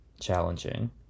challenging